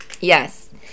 yes